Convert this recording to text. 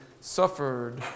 suffered